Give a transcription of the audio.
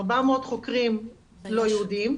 400 חוקרים לא יהודים,